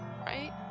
Right